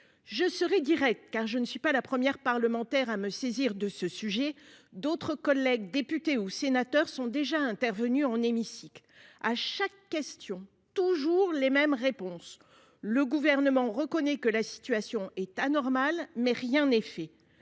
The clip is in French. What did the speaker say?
Je serai car je ne suis pas la première parlementaire à me saisir de ce sujet, d'autres collègues députés ou sénateurs sont déjà intervenus en hémicycle à chaque question toujours les mêmes réponses. Le gouvernement reconnaît que la situation est anormale, mais rien n'est fait